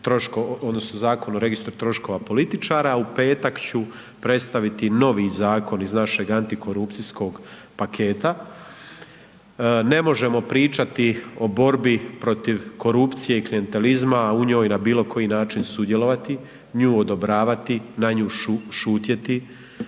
odnosno Zakon o registru troškova političara, a u petak ću predstaviti novi zakon iz našeg antikorupcijskog pakta. Ne možemo pričati o borbi protiv korupcije i klijentelizma, a u njoj na bilo koji način sudjelovati, nju odobravati, na nju šutjeti,